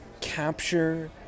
capture